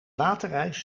waterijs